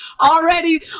already